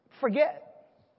forget